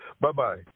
Bye-bye